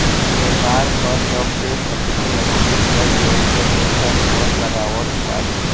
व्यापार पअ सब देस अपनी अपनी कर व्यवस्था के अनुसार कर लगावत बाने